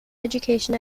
education